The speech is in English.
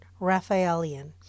Raphaelian